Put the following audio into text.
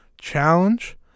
Challenge